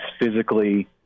physically